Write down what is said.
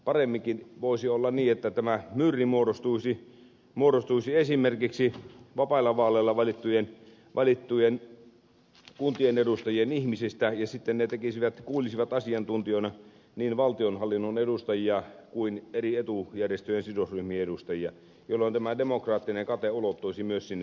paremminkin voisi olla niin että tämä myr muodostuisi esimerkiksi vapailla vaaleilla valittujen kuntien edustajien ihmisistä ja he sitten kuulisivat asiantuntijoina niin valtionhallinnon edustajia kuin eri etujärjestöjen sidosryhmien edustajia jolloin tämä demokraattinen kate ulottuisi myös sinne